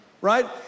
right